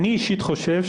אני אישית חושב,